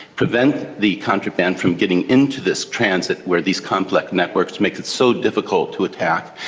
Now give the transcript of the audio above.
prevent the contraband from getting into this transit where these complex networks make it so difficult to attack.